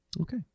Okay